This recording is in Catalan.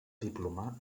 diplomar